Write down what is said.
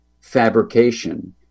fabrication